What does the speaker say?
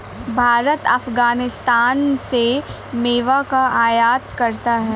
भारत अफगानिस्तान से मेवा का आयात करता है